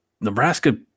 Nebraska –